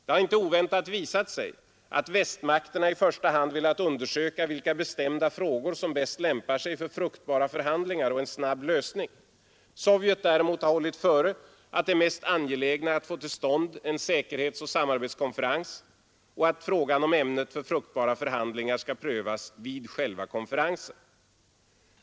Det har inte oväntat visat sig att västmakterna i första hand velat undersöka ”vilka bestämda frågor som bäst lämpar sig för fruktbara förhandlingar och en snabb lösning”. Sovjet däremot har hållit före att det mest angelägna är att få till stånd en säkerhetsoch samarbetskonferens och att frågan om ämnet för ”fruktbara förhandlingar” skall prövas vid själva konferensen.